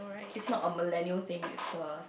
is not a millennial thing it's a